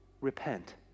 repent